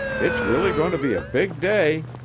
it's really going to be a big day.